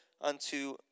unto